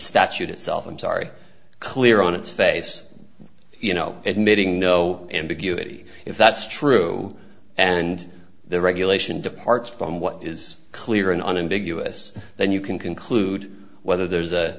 statute itself i'm sorry clear on its face you know admitting no ambiguity if that's true and the regulation departs from what is clear and unambiguous then you can conclude whether there's